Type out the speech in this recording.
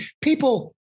people